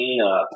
cleanup